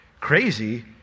crazy